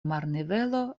marnivelo